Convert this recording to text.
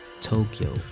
Tokyo